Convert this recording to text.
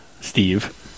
Steve